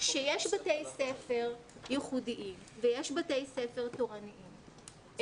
יש בתי ספר ייחודיים ויש בתי ספר תורניים,